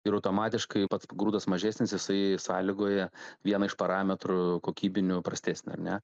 ir automatiškai pats grūdas mažesnis jisai sąlygoja vieną iš parametrų kokybinių prastesnį ar ne